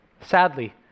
Sadly